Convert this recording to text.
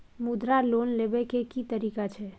मुद्रा लोन लेबै के की तरीका छै?